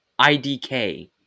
IDK